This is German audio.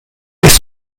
ist